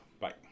bye